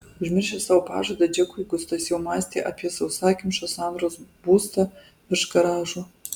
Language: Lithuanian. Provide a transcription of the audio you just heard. užmiršęs savo pažadą džekui gustas jau mąstė apie sausakimšą sandros būstą virš garažo